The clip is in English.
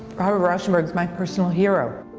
robert rauschenberg is my personal hero.